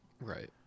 right